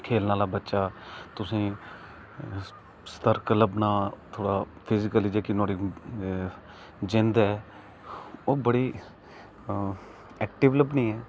खेलने आहला बच्चा तुसेंगी सतर्क लब्भना थोह्ड़ा फिजिकली जेहकी नुआढ़ी जिंद ऐ ओह् बड़ी ऐकटिव लब्भनी ऐ